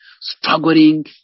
struggling